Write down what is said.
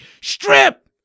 Strip